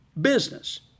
business